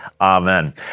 Amen